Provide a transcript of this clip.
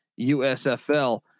USFL